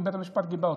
ובית המשפט גיבה אותם.